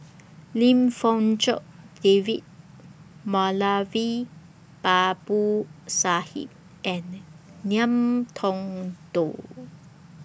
Lim Fong Jock David Moulavi Babu Sahib and Ngiam Tong Dow